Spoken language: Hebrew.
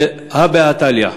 והא בהא תליא,